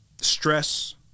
stress